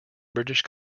british